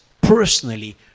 personally